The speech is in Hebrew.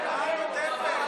החמאה נוטפת.